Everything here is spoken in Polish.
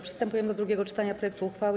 Przystępujemy do drugiego czytania projektu uchwały.